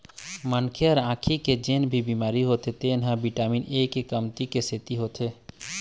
मनखे ल आँखी के जेन भी बिमारी होथे तेन ह बिटामिन ए के कमती के सेती होथे